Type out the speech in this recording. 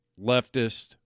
leftist